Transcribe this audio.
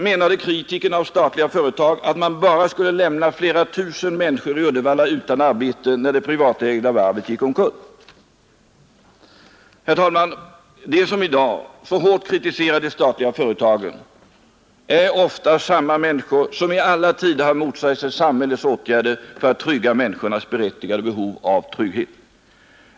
Menar kritikerna av statliga företag att man bara skulle ha lämnat flera tusen människor i Uddevalla utan arbete när det privatägda varvet gick omkull? Herr talman! De som i dag så hårt kritiserar de statliga företagen är ofta samma människor som i alla tider har motsatt sig samhällets åtgärder för att tillgodose människornas berättigade behov av trygghet.